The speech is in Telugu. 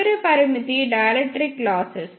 చివరి పరిమితి డైఎలెక్ట్రిక్ లాసెస్